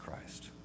Christ